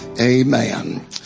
Amen